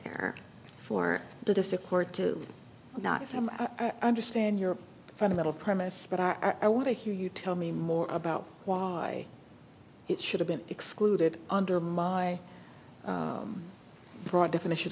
error for the district court to not understand your fundamental premise but are i want to hear you tell me more about why it should have been excluded under my broad definition